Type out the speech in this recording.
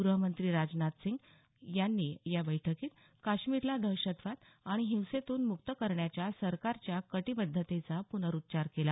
गृहमंत्री राजनाथ सिंह यांनी या बैठकीत काश्मीरला दहशतवाद आणि हिंसेतून मुक्त करण्याच्या सरकारच्या कटीबद्धतेचा प्नरुच्चार केला